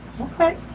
Okay